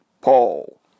Paul